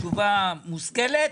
תשובה מושכלת,